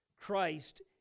Christ